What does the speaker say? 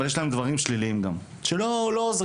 אבל יש בהן גם דברים שליליים שלא עוזרים.